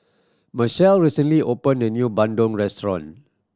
Marcelle recently opened a new bandung restaurant